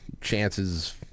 chances